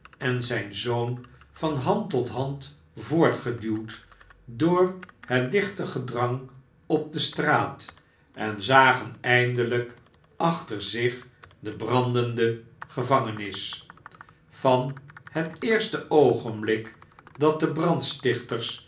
en zijn zoon van hand tot hand voortgeduwd door het dichte gedrang op de straat en zagen eindelijk achter zich de brandende gevangenis van het eerste oogenblik dat de brandstichters